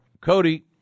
Cody